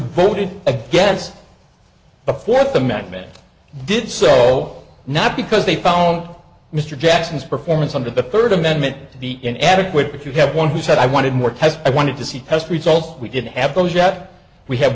voted against the fourth amendment did sell not because they follow mr jackson's performance under the third amendment to be in adequate but you have one who said i wanted more tests i wanted to see test results we didn't have those yet we have